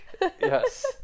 Yes